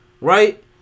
right